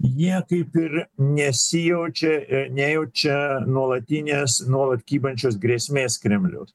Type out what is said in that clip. jie kaip ir nesijaučia ir nejaučia nuolatinės nuolat kybančios grėsmės kremliaus